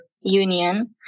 union